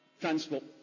transport